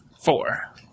Four